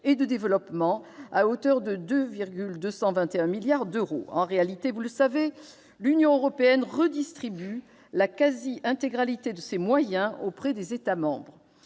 et de développement, à hauteur de 2,221 milliards d'euros. En réalité, vous le savez, l'Union européenne redistribue la quasi-intégralité de ses moyens auprès des États membres.